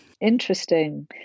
Interesting